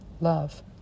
love